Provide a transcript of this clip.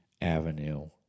avenue